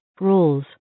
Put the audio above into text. rules